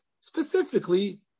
specifically